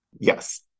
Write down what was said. Yes